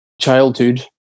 childhood